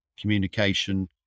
communication